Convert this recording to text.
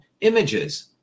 images